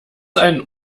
einen